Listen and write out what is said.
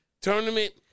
tournament